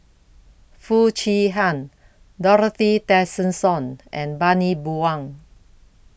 Foo Chee Han Dorothy Tessensohn and Bani Buang